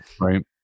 Right